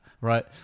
right